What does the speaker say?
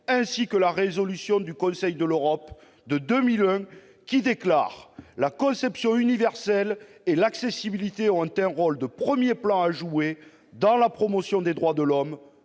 ainsi que la résolution du Conseil de l'Europe du 15 février 2001, selon laquelle « la conception universelle et l'accessibilité ont un rôle de premier plan à jouer dans la promotion des droits de l'homme